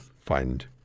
find